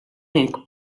ning